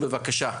בבקשה.